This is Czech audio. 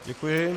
Děkuji.